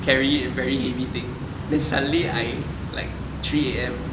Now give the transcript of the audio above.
carry very heavy thing then suddenly I like three A_M